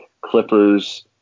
Clippers